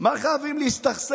מה, חייבים להסתכסך?